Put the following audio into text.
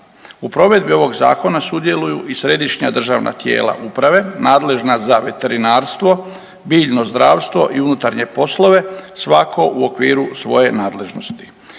U provedbi ovog zakona sudjeluju i središnja državna tijela uprave nadležna za veterinarstvo, biljno zdravstvo i unutarnje poslove, svako u okviru svoje nadležnosti.